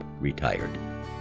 Retired